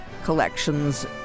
collections